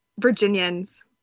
Virginians